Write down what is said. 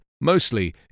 mostly